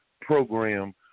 program